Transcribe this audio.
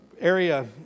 area